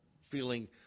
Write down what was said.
feeling